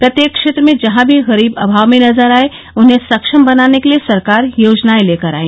प्रत्येक क्षेत्र में जहां भी गरीब अभाव में नजर आए उन्हें सक्षम बनाने के लिए सरकार योजनाएं लेकर आई